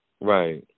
Right